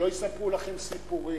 שלא יספרו לכם סיפורים.